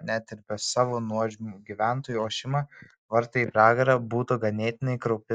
net ir be savo nuožmių gyventojų ošima vartai į pragarą būtų ganėtinai kraupi vieta